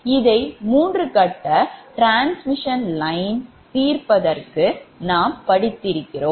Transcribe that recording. இதை 3 கட்ட transmission line தீர்ப்பதற்கு நாம் படித்திருக்கிறோம்